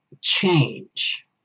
change